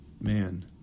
man